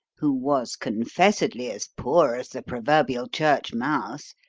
who was confessedly as poor as the proverbial church mouse,